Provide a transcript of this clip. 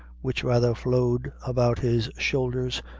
which rather flowed about his shoulders,